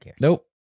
nope